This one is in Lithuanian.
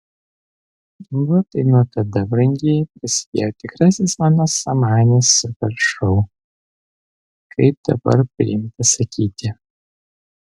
va tai nuo tada brangieji prasidėjo tikrasis mano samanės super šou kaip dabar priimta sakyti